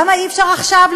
למה אי-אפשר עכשיו,